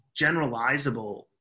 generalizable